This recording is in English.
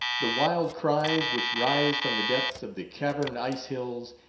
the wild cries which rise from the depths of the caverned ice-hills,